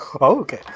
Okay